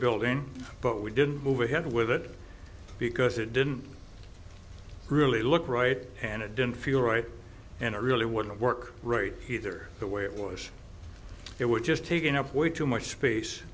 building but we didn't move ahead with it because it didn't really look right and it didn't feel right and it really wouldn't work right either the way it was it would just taken up way too much space